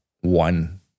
one